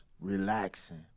relaxing